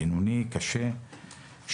בינוני וקשה,